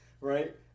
Right